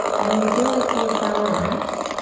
and then when you feel like you've found that,